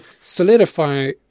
solidify